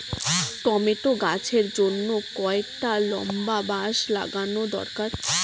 Tomato গাছের জন্যে কতটা লম্বা বাস লাগানো দরকার?